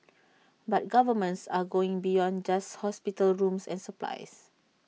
but governments are going beyond just hospital rooms and supplies